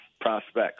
prospects